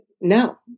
no